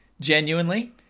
genuinely